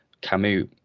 Camus